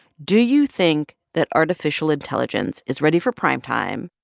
do you think that artificial intelligence is ready for prime time?